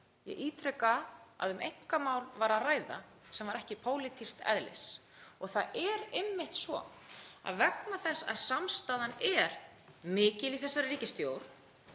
Ég ítreka að um einkamál var að ræða sem var ekki pólitísks eðlis. Það er einmitt svo, að vegna þess að samstaðan er mikil í þessari ríkisstjórn